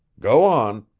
go on,